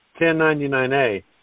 1099A